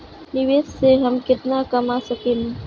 निवेश से हम केतना कमा सकेनी?